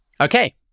Okay